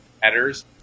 headers